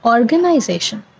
Organization